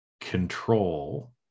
control